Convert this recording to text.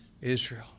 Israel